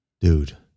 dude